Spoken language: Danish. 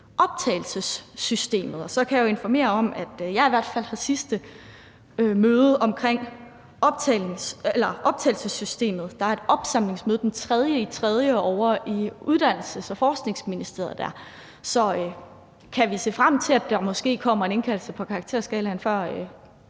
optagelsessystemet. Så kan jeg jo informere om, at jeg i hvert fald har et sidste møde omkring optagelsessystemet, altså der er et opsamlingsmøde den 3. marts ovre i Uddannelses- og Forskningsministeriet. Så kan vi se frem til, at der måske kommer en indkaldelse omkring karakterskalaen før